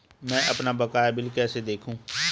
मैं अपना बकाया बिल कैसे देखूं?